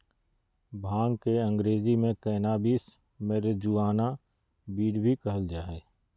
भांग के अंग्रेज़ी में कैनाबीस, मैरिजुआना, वीड भी कहल जा हइ